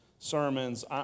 Sermons